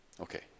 Okay